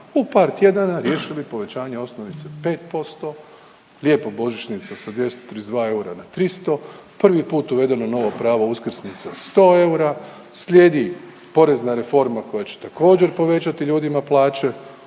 u par tjedana riješili povećanje osnovice 5%, lijepo božićnica sa 232 eura na 300, prvi put uvedeno novo pravo uskrsnica 100 eura, slijedi porezna reforma koja će također povećati ljudima plaće,